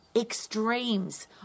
extremes